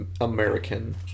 American